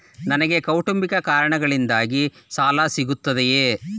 ನನಗೆ ಕೌಟುಂಬಿಕ ಕಾರಣಗಳಿಗಾಗಿ ಸಾಲ ಸಿಗುತ್ತದೆಯೇ?